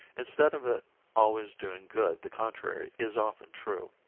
instead of it always doing good the contrary is often true.